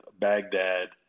Baghdad